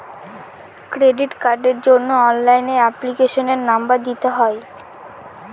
credit কার্ডের জন্য অনলাইনে এপ্লিকেশনের নম্বর দিতে হয়